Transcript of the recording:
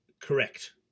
correct